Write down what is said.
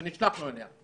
שנשלחנו אליה,